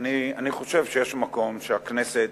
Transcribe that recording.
אני חושב שיש מקום שהכנסת